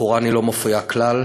בקוראן היא אינה מופיעה כלל.